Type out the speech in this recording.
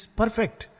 perfect